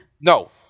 No